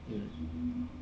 mm